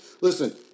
listen